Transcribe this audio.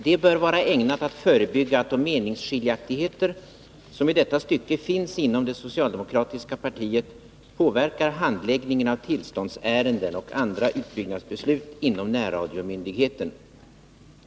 Det bör vara ägnat att förebygga att de meningsskiljaktigheter som i detta stycke finns inom det socialdemokratiska partiet påverkar handläggningen av tillståndsärenden och andra utbyggnadsbeslut inom närradiomyndigheten.